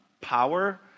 power